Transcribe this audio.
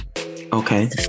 okay